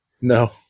No